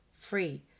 free